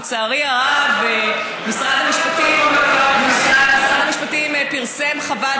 לצערי הרב, משרד המשפטים פרסם חוות